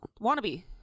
Wannabe